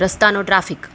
રસ્તાનો traffic